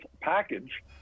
package